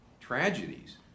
tragedies